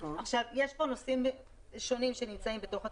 Zeroיש נושאים שונים שנמצאים בתוך התוכנית,